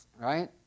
Right